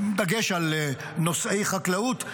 בדגש על נושאי חקלאות,